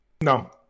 No